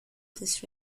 this